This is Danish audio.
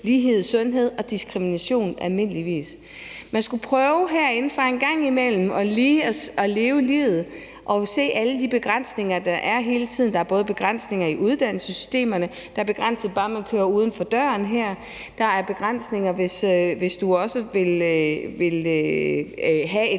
lighed i sundhed og diskrimination. Man skulle herinde fra en gang imellem prøve at leve livet og se alle de begrænsninger, der hele tiden er. Der er både begrænsninger i uddannelsessystemerne, og der er begrænsninger, bare man kører uden for døren. Der er begrænsninger, hvis du også vil have et